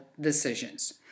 decisions